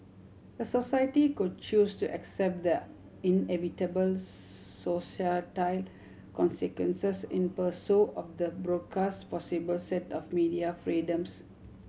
a society could choose to accept the inevitable societal consequences in pursuit of the broadcast possible set of media freedoms